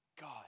God